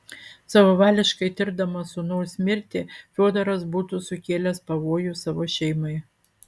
savavališkai tirdamas sūnaus mirtį fiodoras būtų sukėlęs pavojų savo šeimai